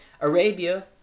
Arabia